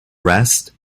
rest